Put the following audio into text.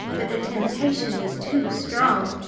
but the temptation was too strong,